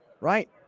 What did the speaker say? Right